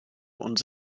und